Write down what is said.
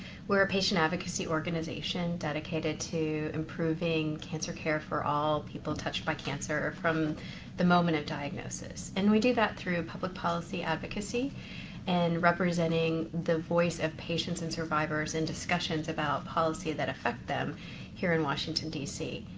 we're a patient advocacy organization dedicated to improving cancer care for all people touched by cancer from the moment of diagnosis. and we do that through public policy advocacy and representing the voice of patients and survivors in discussions about policy that affect them here in washington, d c.